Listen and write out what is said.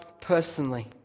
personally